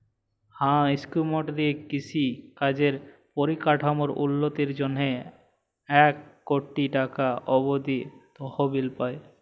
হাঁ ইস্কিমট দিঁয়ে কিষি কাজের পরিকাঠামোর উল্ল্যতির জ্যনহে ইক কটি টাকা অব্দি তহবিল পায়